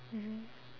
mmhmm